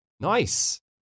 Nice